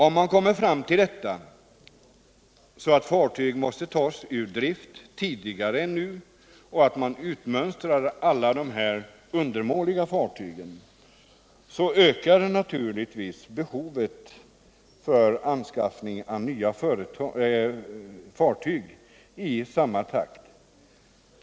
Om man kommer fram till att fartyg måste tas ur drift tidigare än nu och utmönstrar alla de undermåliga fartygen, ökar naturligtvis behovet av anskaffning av nya fartyg i samma takt.